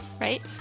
right